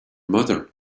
mother